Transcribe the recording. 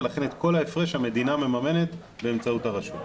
ולכן את כל ההפרש המדינה מממנת באמצעות הרשות.